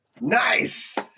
Nice